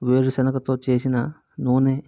వేరు శనగతో చేసిన నూనె